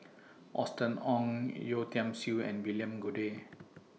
Austen Ong Yeo Tiam Siew and William Goode